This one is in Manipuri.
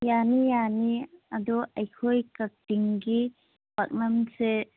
ꯌꯥꯅꯤ ꯌꯥꯅꯤ ꯑꯗꯣ ꯑꯩꯈꯣꯏ ꯀꯛꯆꯤꯡꯒꯤ ꯄꯥꯛꯅꯝꯁꯦ